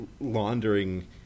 laundering